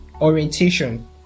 orientation